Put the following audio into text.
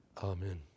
Amen